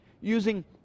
using